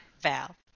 Val